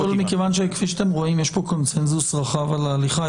כפי שאתם רואים, יש פה קונצנזוס רחב על ההליכה.